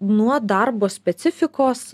nuo darbo specifikos